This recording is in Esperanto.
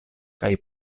kaj